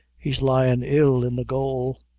he's lyin' ill in the gaol.